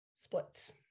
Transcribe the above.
splits